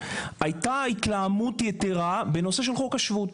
הייתה התלהמות יתרה בנושא של חוק השבות.